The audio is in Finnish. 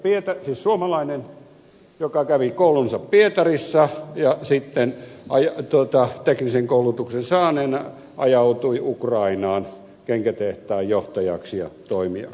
isäni siis suomalainen kävi koulunsa pietarissa ja sitten teknisen koulutuksen saaneena ajautui ukrainaan kenkätehtaan johtajaksi ja toimijaksi